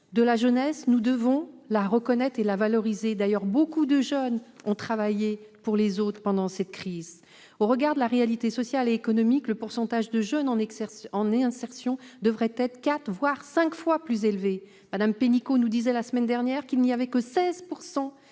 de la jeunesse, nous devons la reconnaître et la valoriser ; d'ailleurs, nombre de jeunes ont travaillé pour les autres pendant cette crise. Au regard de la réalité sociale et économique, le pourcentage de jeunes en insertion devrait être quatre, voire cinq fois plus élevé. Mme Muriel Pénicaud nous l'indiquait la semaine dernière, seuls 16